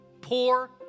poor